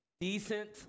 decent